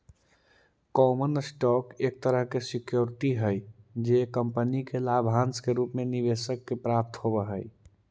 common stock एक तरह के सिक्योरिटी हई जे कंपनी के लाभांश के रूप में निवेशक के प्राप्त होवऽ हइ